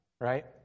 right